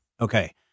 Okay